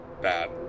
bad